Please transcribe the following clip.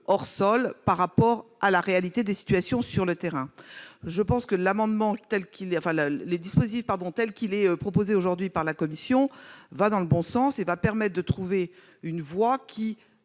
hors sol par rapport à la situation sur le terrain. Je pense que le dispositif tel qu'il est proposé aujourd'hui par la commission va dans le bon sens et qu'il permettra de trouver et